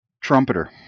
Trumpeter